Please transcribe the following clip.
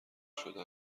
شده